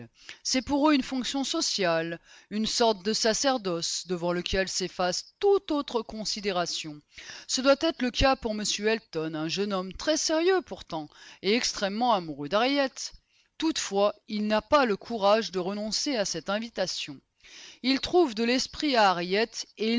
c'est pour eux une fonction sociale une sorte de sacerdoce devant lequel s'efface toute autre considération ce doit être le cas pour m elton un jeune homme très sérieux pourtant et extrêmement amoureux d'harriet toutefois il n'a pas le courage de renoncer à cette invitation il trouve de l'esprit à harriet et